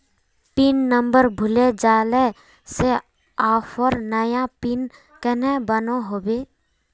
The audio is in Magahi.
पिन नंबर भूले जाले से ऑफर नया पिन कन्हे बनो होबे?